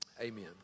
amen